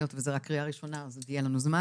היות וזו רק קריאה ראשונה עוד יהיה לנו זמן,